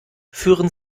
führen